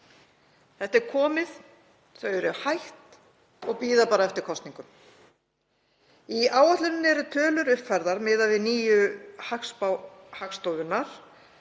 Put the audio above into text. Þetta er komið, þau eru hætt og bíða bara eftir kosningum. Í áætluninni eru tölur uppfærðar miðað við nýja hagspá